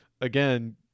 again